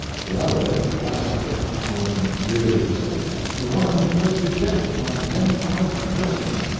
the other had lasted a thousand years the one inflicted death upon ten thousand persons,